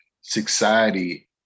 society